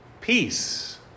Peace